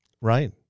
right